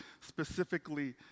specifically